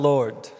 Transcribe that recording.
Lord